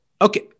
Okay